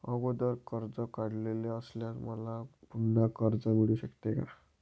अगोदर कर्ज काढलेले असल्यास मला पुन्हा कर्ज मिळू शकते का?